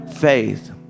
faith